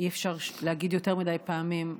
אי-אפשר להגיד יותר מדי פעמים,